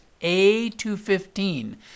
A215